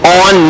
on